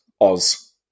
Oz